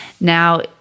now